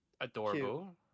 Adorable